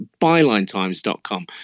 BylineTimes.com